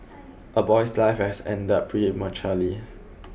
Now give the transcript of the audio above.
a boy's life has ended prematurely